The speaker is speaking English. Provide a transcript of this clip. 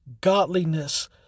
godliness